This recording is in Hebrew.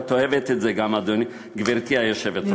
את גם אוהבת את זה, גברתי היושבת-ראש.